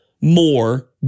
more